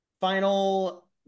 final